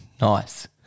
Nice